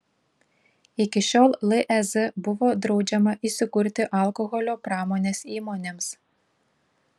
iki šiol lez buvo draudžiama įsikurti alkoholio pramonės įmonėms